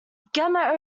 gamma